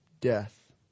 death